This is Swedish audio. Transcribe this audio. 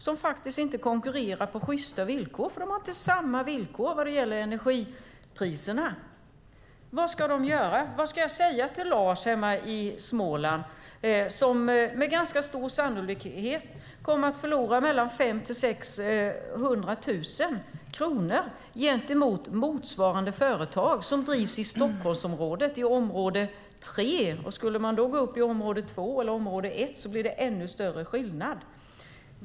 Det är inte konkurrens på sjysta villkor, för de har inte samma villkor vad gäller energipriserna. Vad ska de göra? Vad ska jag säga till Lars hemma i Småland som med ganska stor sannolikhet kommer att förlora 500 000-600 000 kronor jämfört med motsvarande företag som drivs i Stockholmsområdet, i område 3? I område 2 och område 1 blir det ännu större skillnad.